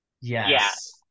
Yes